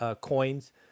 coins